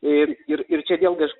ir ir ir čia vėlgi aš